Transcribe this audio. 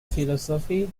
philosophy